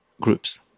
groups